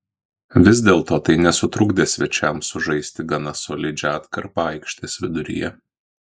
vis dėlto tai nesutrukdė svečiams sužaisti gana solidžią atkarpą aikštės viduryje